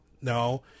no